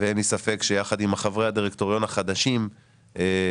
ואין לי ספק שיחד עם חברי הדירקטוריון החדשים שיגיעו,